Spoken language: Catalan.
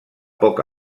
poc